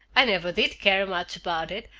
i never did care much about it,